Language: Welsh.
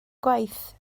gwaith